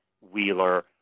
Wheeler